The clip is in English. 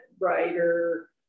writer